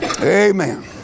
amen